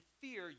fear